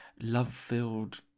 love-filled